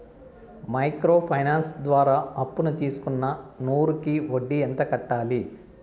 Micro finance ద్వారా అప్పును తీసుకున్న నూరు కి వడ్డీ ఎంత కట్టాలి?